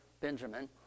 Benjamin